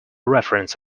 reference